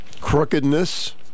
crookedness